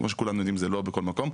כמו שכולנו יודעים, זה לא בכל מקום.